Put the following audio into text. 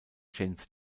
james